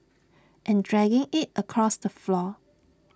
and dragging IT across the floor